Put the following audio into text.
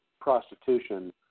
prostitution